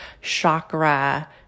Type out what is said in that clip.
chakra